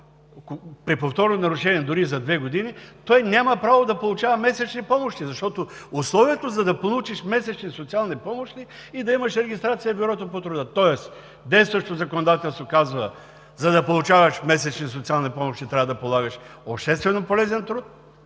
при повторно нарушение дори и за две години, той няма право да получава месечни помощи, защото условието да получиш месечни социални помощи е да имаш регистрация в Бюрото по труда. Тоест – действащото законодателство казва: за да получаваш месечни социални помощи, трябва да полагаш общественополезен труд